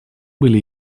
были